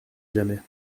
jamais